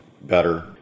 better